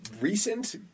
recent